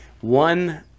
one